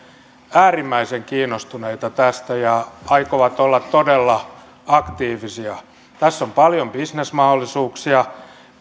äärimmäisen kiinnostuneita tästä ja he aikovat olla todella aktiivisia tässä on paljon bisnesmahdollisuuksia